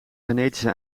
genetische